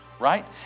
right